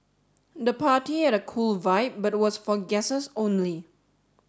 the party had a cool vibe but was for guests only